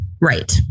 Right